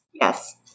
Yes